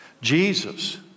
Jesus